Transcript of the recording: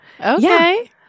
Okay